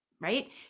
Right